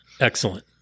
Excellent